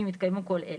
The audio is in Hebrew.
ואם התקיימו כל אלה: